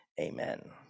amen